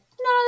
no